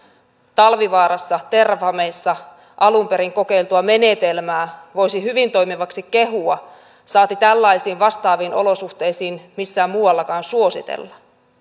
talvivaarassa terrafamessa alun perin kokeiltua menetelmää voisi hyvin toimivaksi kehua saati tällaisiin vastaaviin olosuhteisiin missään muuallakaan suositella